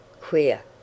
queer